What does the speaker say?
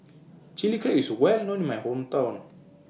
Chilli Crab IS Well known in My Hometown